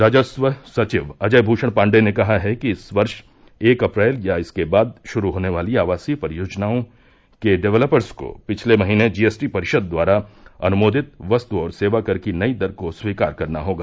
राजस्व सचिव अजय भूषण पांडे ने कहा कि इस वर्ष एक अप्रैल या इसके बाद शुरु होने वाली आवासीय परियोजनाओं के डेवलपर्स को पिछले महीने जीएसटी परिषद द्वारा अनुमोदित वस्तु और सेवा कर की नई दर को स्वीकार करना होगा